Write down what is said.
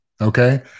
Okay